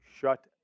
shut